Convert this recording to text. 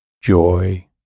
joy